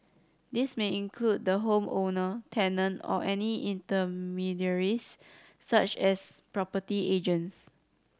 this may include the home owner tenant or any intermediaries such as property agents